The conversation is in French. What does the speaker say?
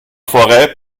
forêt